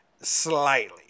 slightly